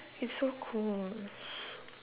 it's so cold